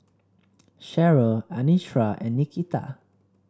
Sherryl Anitra and Nikita